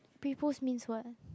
pre post means what